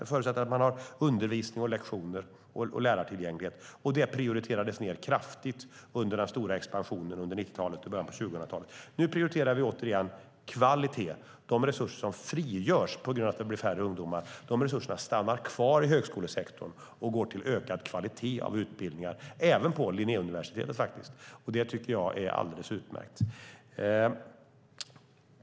Det förutsätter att man har undervisning och lektioner och lärartillgänglighet. Det prioriterades ned kraftigt under den stora expansionen på 1990-talet och i början av 2000-talet. Nu prioriterar vi återigen kvalitet. De resurser som frigörs på grund av att det blir färre ungdomar stannar kvar i högskolesektorn och går till ökad kvalitet på utbildningar, även på Linnéuniversitetet, och det tycker jag är alldeles utmärkt.